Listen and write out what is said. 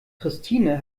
christine